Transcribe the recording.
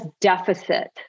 deficit